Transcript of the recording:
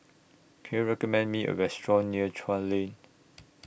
Can YOU recommend Me A Restaurant near Chuan Lane